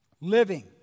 living